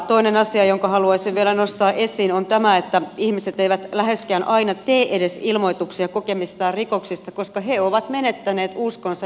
toinen asia jonka haluaisin vielä nostaa esiin on tämä että ihmiset eivät läheskään aina tee edes ilmoituksia kokemistaan rikoksista koska he ovat menettäneet uskonsa järjestelmään